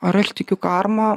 ar aš tikiu karma